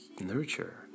nurture